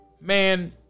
Man